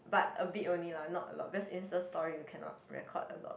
but a bit only lah not a lot cause Insta story you cannot record a lot